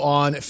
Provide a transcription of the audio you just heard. on